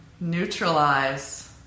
Neutralize